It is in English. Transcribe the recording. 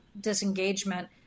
disengagement